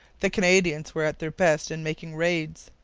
the canadians were at their best in making raids.